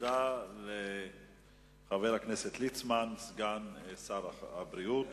תודה לחבר הכנסת ליצמן, סגן שר הבריאות.